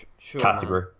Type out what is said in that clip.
category